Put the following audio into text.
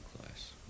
class